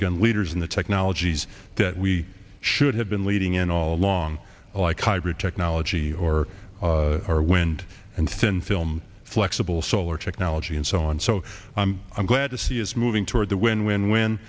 again leaders in the technologies that we should have been leading in all along like hybrid technology or our wind and thin film flexible solar technology and so on so i'm i'm glad to see is moving toward the win win w